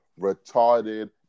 retarded